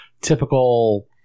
typical